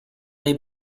dei